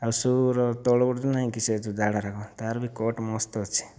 ଆଉ ସୁ'ର ତଳ ଗୋଟିଏ ଯେଉଁ ନାହିଁ କି ସେ ତା'ର ବି କଟ୍ ମସ୍ତ ଅଛି